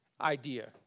idea